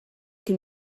can